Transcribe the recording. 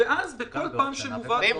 אותה פשרה מופיעה